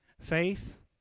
faith